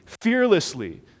fearlessly